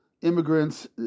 immigrants